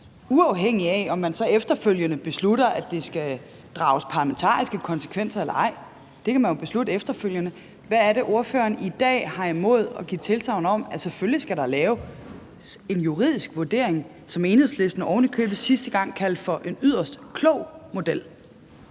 uafhængigt af om man så efterfølgende beslutter, at der skal drages parlamentariske konsekvenser eller ej? Det kan man jo beslutte efterfølgende. Hvad er det, ordføreren i dag har imod at give tilsagn om, at der selvfølgelig skal laves en juridisk vurdering, som Enhedslisten sidste gang kaldte for en yderst klog model?